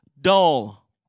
dull